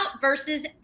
versus